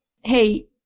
Hey